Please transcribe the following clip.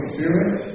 Spirit